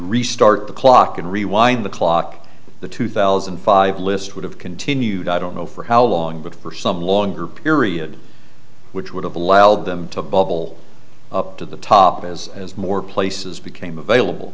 restart the clock and rewind the clock the two thousand and five list would have continued i don't know for how long but for some longer period which would have allowed them to bubble up to the top as as more places became available